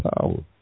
power